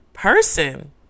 person